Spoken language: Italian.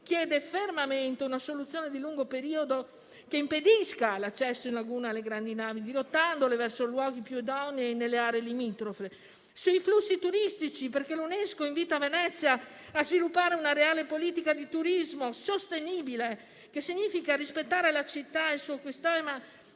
chiede fermamente una soluzione di lungo periodo che impedisca l'accesso in laguna alle grandi navi, dirottandole verso luoghi più idonei nelle aree limitrofe. C'è poi il tema dei flussi turistici. L'UNESCO invita infatti Venezia a sviluppare una reale politica di turismo sostenibile, che significa rispettare la città, il suo sistema e,